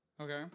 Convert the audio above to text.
Okay